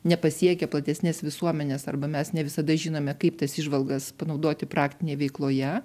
nepasiekia platesnės visuomenės arba mes ne visada žinome kaip tas įžvalgas panaudoti praktinėj veikloje